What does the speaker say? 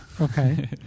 Okay